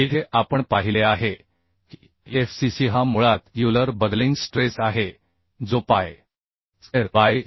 येथे आपण पाहिले आहे की FCCहा मुळात युलर बकलिंग स्ट्रेस आहे जो pi square E by K